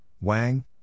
Wang